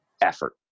effort